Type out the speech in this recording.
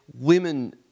women